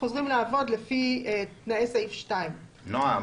חוזרים לעבוד לפני תנאי סעיף 2. נעה,